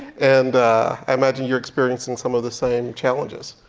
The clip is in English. and i imagine you're experiencing some of the same challenges.